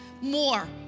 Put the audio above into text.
more